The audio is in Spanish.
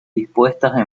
dispuesta